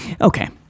okay